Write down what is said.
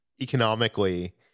economically